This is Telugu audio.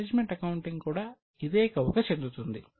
మేనేజ్మెంట్ అకౌంటింగ్ కూడా అదే కోవకు చెందుతుంది